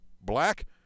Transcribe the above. Black